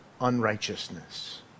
unrighteousness